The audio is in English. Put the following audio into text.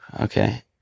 Okay